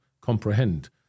comprehend